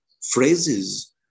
Phrases